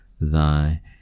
thy